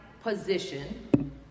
position